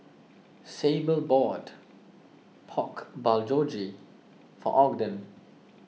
Sable bought Pork Bulgogi for Ogden